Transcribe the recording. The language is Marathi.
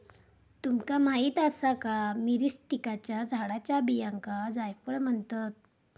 तुमका माहीत आसा का, मिरीस्टिकाच्या झाडाच्या बियांका जायफळ म्हणतत?